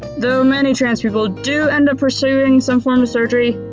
though many trans people do end up pursuing some form of surgery,